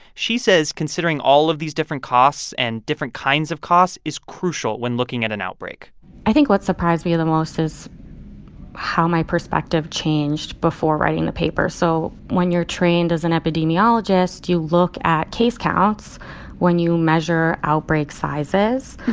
she says considering all of these different costs and different kinds of costs is crucial when looking at an outbreak i think what surprised me the most is how my perspective changed before writing the paper. so when you're trained as an epidemiologist, you look at case counts when you measure outbreak sizes.